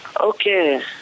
Okay